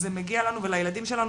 זה מגיע לנו ולילדים שלנו.